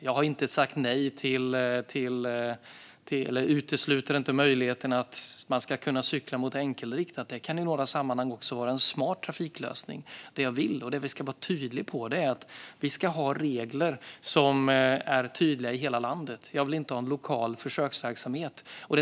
Jag utesluter inte att man ska kunna cykla mot enkelriktad trafik; det kan i några sammanhang vara en smart trafiklösning. Det jag vill är att vi ska ha regler som är tydliga i hela landet. Jag vill inte ha en lokal försöksverksamhet.